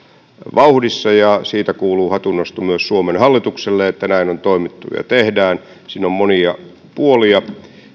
vauhdissa siitä kuuluu hatunnosto myös suomen hallitukselle että näin on toimittu ja tehdään siinä on monia puolia